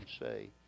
say